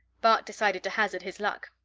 bart decided to hazard his luck.